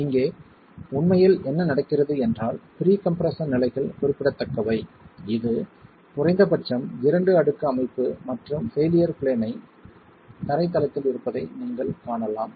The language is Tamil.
இங்கே உண்மையில் என்ன நடக்கிறது என்றால் ப்ரீ கம்ப்ரெஸ்ஸன் நிலைகள் குறிப்பிடத்தக்கவை இது குறைந்தபட்சம் இரண்டு அடுக்கு அமைப்பு மற்றும் பெயிலியர் பிளேன் தரை தளத்தில் இருப்பதை நீங்கள் காணலாம்